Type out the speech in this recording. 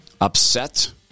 upset